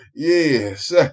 Yes